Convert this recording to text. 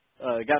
got